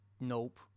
nope